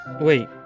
Wait